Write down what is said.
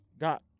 got